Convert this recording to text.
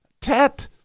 Tet